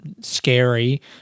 scary